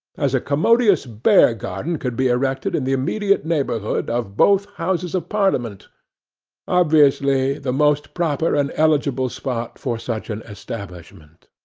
as a commodious bear-garden could be erected in the immediate neighbourhood of both houses of parliament obviously the most proper and eligible spot for such an establishment.